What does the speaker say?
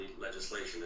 legislation